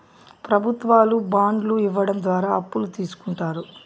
ప్రభుత్వాలు బాండ్లు ఇవ్వడం ద్వారా అప్పులు తీస్కుంటారు